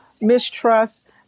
mistrust